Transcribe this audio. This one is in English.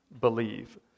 believe